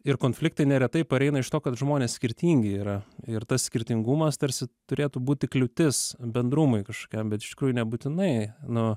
ir konfliktai neretai pareina iš to kad žmonės skirtingi yra ir tas skirtingumas tarsi turėtų būti kliūtis bendrumui kažkokiam bet iš tikrųjų nebūtinai nu